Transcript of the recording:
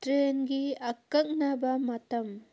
ꯇ꯭ꯔꯦꯟꯒꯤ ꯑꯀꯛꯅꯕ ꯃꯇꯝ